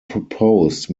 proposed